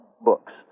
books